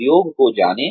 उद्योग को जानें